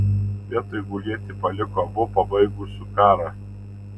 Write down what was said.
vietoj gulėti paliko abu pabaigusiu karą